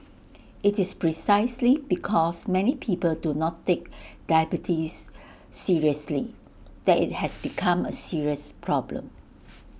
IT is precisely because many people do not take diabetes seriously that IT has become A serious problem